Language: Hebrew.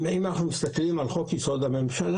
אם אנחנו מסתכלים על חוק יסוד: הממשלה,